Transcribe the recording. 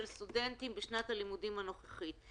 העניין של המענקים לא מספק,